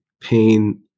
pain